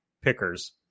pickers